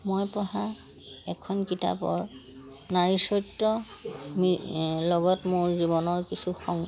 মই পঢ়া এখন কিতাপৰ নাৰী চৰিত্ৰৰ লগত মোৰ জীৱনৰ কিছু সং